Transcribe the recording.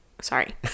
Sorry